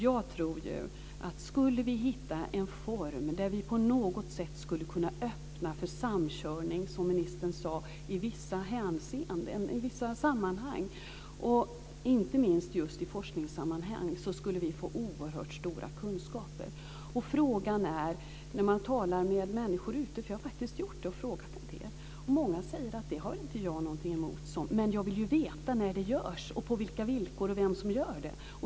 Jag tror ju att skulle vi hitta en form där vi på något sätt skulle kunna öppna för samkörning i vissa sammanhang, som ministern sade, inte minst i forskningssammanhang, skulle vi få oerhört stora kunskaper. Jag har faktiskt talat med människor och frågat en del. Många säger: Det har inte jag någonting emot, men jag vill ju veta när det görs, på vilka villkor och vem som gör det.